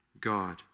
God